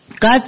God